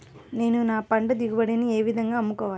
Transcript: నేను నా పంట దిగుబడిని ఏ విధంగా అమ్ముకోవాలి?